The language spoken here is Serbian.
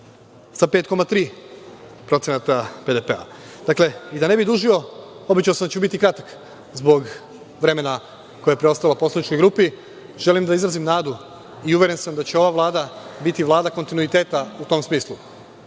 sa 5,3% BDP-a. Da ne bih dužio, obećao sam da ću biti kratak, zbog vremena koje je preostalo poslaničkoj grupi, želim da izrazim nadu i uveren sam da će ova Vlada biti Vlada kontinuiteta u tom smislu.